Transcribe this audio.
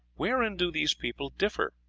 wherein do these peoples differ?